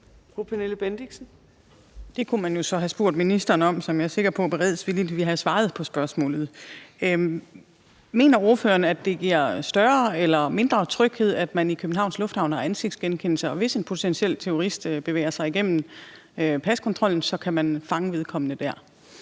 Det kunne man jo så have spurgt ministeren om – jeg er sikker på, at han beredvilligt ville have svaret på spørgsmålet. Mener ordføreren, at det giver større eller mindre tryghed, at man i Københavns Lufthavn bruger ansigtsgenkendelse, og at man, hvis en potentiel terrorist bevæger sig igennem paskontrollen, så kan fange vedkommende der?